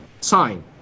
sign